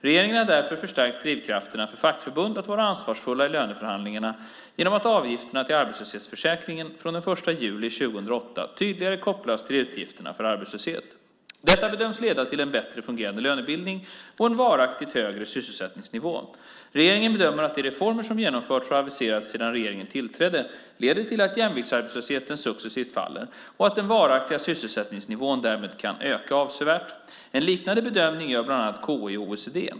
Regeringen har därför förstärkt drivkrafterna för fackförbund att vara ansvarsfulla i löneförhandlingarna genom att avgifterna till arbetslöshetsförsäkringen från den 1 juli 2008 tydligare kopplas till utgifterna för arbetslöshet. Detta bedöms leda till en bättre fungerande lönebildning och en varaktigt högre sysselsättningsnivå. Regeringen bedömer att de reformer som har genomförts och aviserats sedan regeringen tillträdde leder till att jämviktsarbetslösheten successivt faller och att den varaktiga sysselsättningsnivån därmed kan öka avsevärt. En liknande bedömning gör bland annat KI och OECD.